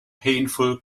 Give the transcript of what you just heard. painful